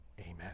Amen